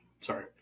Sorry